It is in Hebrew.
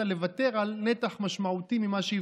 לוותר על נתח משמעותי ממה שהבטיחו לך.